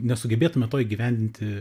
nesugebėtume to įgyvendinti